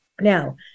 Now